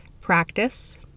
practice